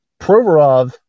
Provorov